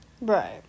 Right